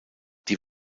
die